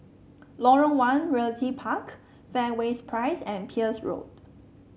Lorong One Realty Park Fairways Drive and Peirce Road